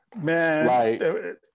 Man